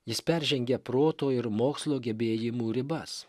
jis peržengia proto ir mokslo gebėjimų ribas